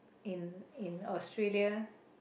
in in Australia